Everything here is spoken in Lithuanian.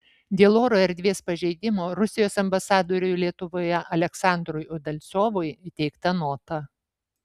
dėl oro erdvės pažeidimo rusijos ambasadoriui lietuvoje aleksandrui udalcovui įteikta nota